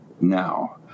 now